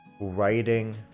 writing